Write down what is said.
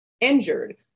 injured